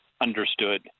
understood